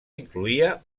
incloïa